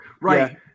Right